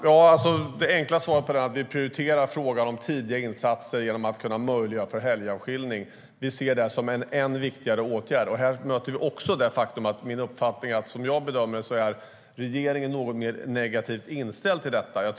Herr talman! Det enkla svaret är att vi prioriterar frågan om tidiga insatser genom att möjliggöra för helgavskiljning. Vi ser det som en ännu viktigare åtgärd. Som jag bedömer det är regeringen något mer negativt inställd till detta.